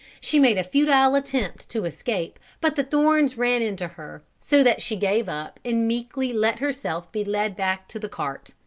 she made a futile attempt to escape but the thorns ran into her so that she gave up and meekly let herself be led back to the cart.